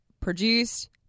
produced